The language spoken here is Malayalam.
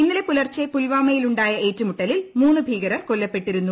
ഇന്നലെ പുലർച്ചെ പുൽവാമയിലുണ്ടായ ഏറ്റുമുട്ടലിൽ മൂന്നു ഭീകരർ കൊല്ലപ്പെട്ടിരുന്നു